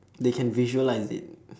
they can visualise it